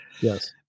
Yes